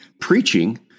preaching